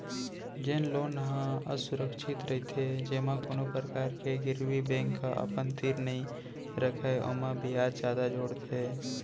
जेन लोन ह असुरक्छित रहिथे जेमा कोनो परकार के गिरवी बेंक ह अपन तीर नइ रखय ओमा बियाज जादा जोड़थे